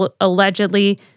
allegedly